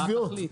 מה התכלית?